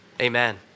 Amen